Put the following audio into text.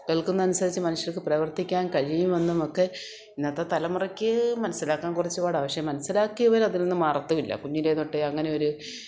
കേൾക്കുന്നതിനനുസരിച്ച് മനുഷ്യർക്ക് പ്രവർത്തിക്കാൻ കഴിയുമെന്നും ഒക്കെ ഇന്നത്തെ തലമുറയ്ക്ക് മനസ്സിലാക്കാന് കുറച്ച് പാടാണ് പക്ഷെ മനസ്സിലാക്കിയവരതിൽ നിന്നും മാറത്തുമില്ല കുഞ്ഞിലേതൊട്ടേ അങ്ങനെ ഒരു